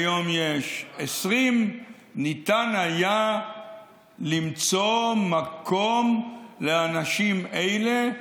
היום יש 20. ניתן היה למצוא מקום לאנשים אלה,